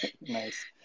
Nice